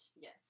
yes